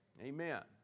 Amen